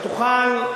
שתוכל,